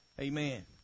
Amen